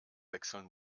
wechseln